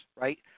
right